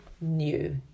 new